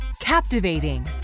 captivating